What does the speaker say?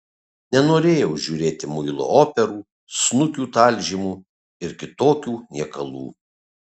nenorėjau žiūrėti muilo operų snukių talžymų ir kitokių niekalų